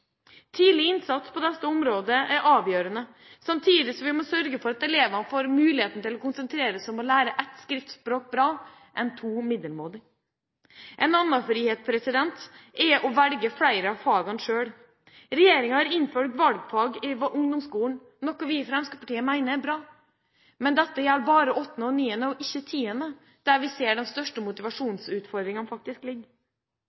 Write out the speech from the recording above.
Tidlig innsats på dette området er avgjørende, samtidig som vi må sørge for at elevene får mulighet til å konsentrere seg om å lære ett skriftspråk bra og ikke to middelmådig. En annen frihet er å velge flere av fagene selv. Regjeringa har innført valgfag i ungdomsskolen, noe vi i Fremskrittspartiet mener er bra. Men dette gjelder bare 8. og 9. trinn, ikke 10., der vi ser at de største motivasjonsutfordringene ligger.